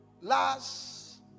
last